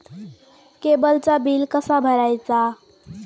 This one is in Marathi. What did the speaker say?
केबलचा बिल कसा भरायचा?